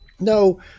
No